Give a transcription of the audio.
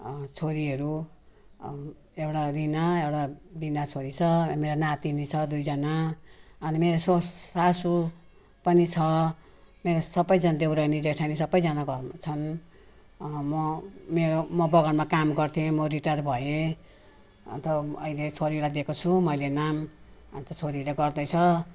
छोरीहरू एउटा रिना एउटा बिना छोरी छ मेरो नातिनी छ दुइजना अनि मेरो सास सासू पनि छ मेरो सबैजना देवरानी जेठानी सबैजना घरमा छन् म मेरो म बगानमा काम गर्थेँ म रिटायर भएँ अन्त अहिले छोरीलाई दिएको छु मैले नाम अन्त छोरीले गर्दैछ